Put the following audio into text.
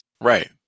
Right